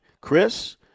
Chris